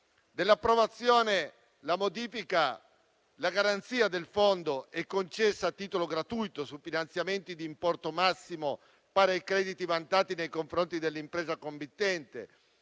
dell'approvazione di tale modifica, la garanzia del fondo è concessa a titolo gratuito su finanziamenti di importo massimo pari ai crediti vantati nei confronti dell'impresa committente